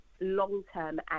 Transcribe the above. long-term